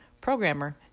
programmer